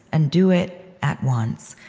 and do it at once,